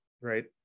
right